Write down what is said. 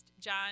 John